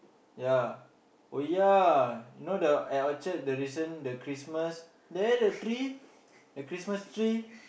ya oh ya you know the at Orchard the recent the Christmas there the tree the Christmas tree